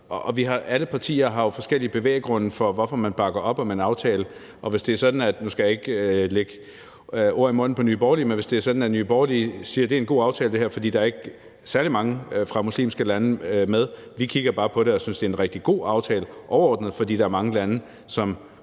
alle partier har jo forskellige bevæggrunde for, hvorfor man bakker op om en aftale, og hvis det er sådan – og nu skal jeg ikke lægge ord i munden på Nye Borgerlige – at Nye Borgerlige siger, at det her er en god aftale, fordi der ikke er særlig mange fra muslimske lande med, så kigger vi bare på det, fordi vi synes, det er en rigtig god aftale overordnet, fordi der er mange lande, hvis